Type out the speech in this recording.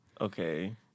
Okay